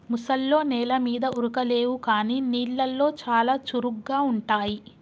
ముసల్లో నెల మీద ఉరకలేవు కానీ నీళ్లలో చాలా చురుగ్గా ఉంటాయి